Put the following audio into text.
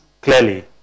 clearly